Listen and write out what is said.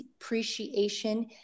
appreciation